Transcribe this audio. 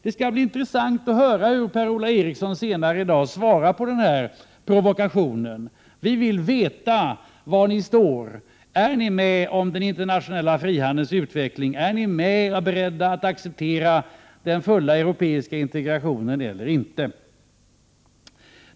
Det skall bli intressant att höra hur Per-Ola Eriksson senare i dag svarar på denna provokation. Vi vill veta var ni står. Är ni för den internationella frihandelns utveckling? Kan ni acceptera den fulla europeiska integrationen eller inte?